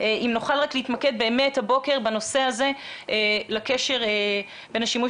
אם נוכל רק להתמקד הבוקר בקשר בין השימוש